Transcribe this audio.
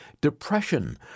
Depression